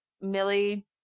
millie